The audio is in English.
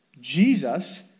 Jesus